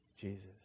Jesus